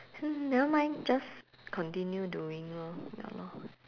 nevermind just continue doing lor ya lor